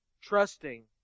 trusting